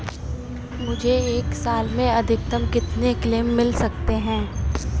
मुझे एक साल में अधिकतम कितने क्लेम मिल सकते हैं?